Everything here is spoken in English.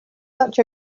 such